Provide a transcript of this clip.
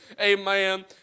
Amen